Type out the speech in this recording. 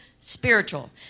spiritual